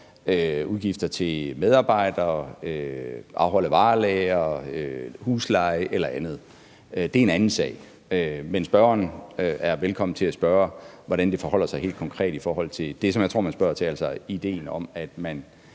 udgifter til medarbejdere, afholde varelager, betale husleje eller andet. Det er en anden sag. Men spørgeren er velkommen til at spørge, hvordan det helt konkret forholder sig i forhold til det, som jeg tror man spørger til, altså ideen om, at man